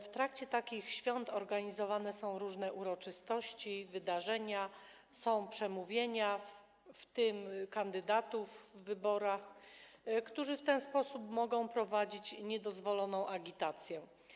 W trakcie takich świąt organizowane są różne uroczystości, wydarzenia, są przemówienia, w tym kandydatów w wyborach, którzy w ten sposób mogą prowadzić niedozwoloną agitację.